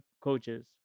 coaches